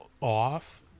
off